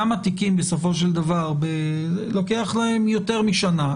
כמה תיקים בסופו של דבר לוקח להם יותר משנה,